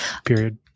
period